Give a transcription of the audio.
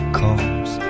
comes